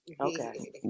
Okay